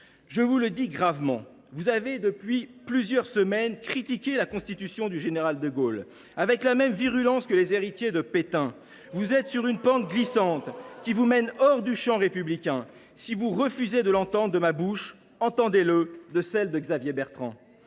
je vous le dis gravement, vous avez, depuis plusieurs semaines, critiqué la Constitution du général de Gaulle avec la même virulence que les héritiers de Pétain. Quelle caricature ! Vous êtes sur une pente glissante, qui vous mène hors du champ républicain. Si vous refusez de l’entendre de ma bouche, entendez le de celle de Xavier Bertrand.